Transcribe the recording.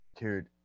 Dude